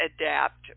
adapt